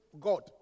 God